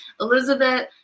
Elizabeth